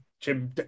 Jim